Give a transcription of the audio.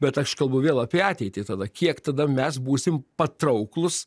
bet aš kalbu vėl apie ateitį tada kiek tada mes būsim patrauklūs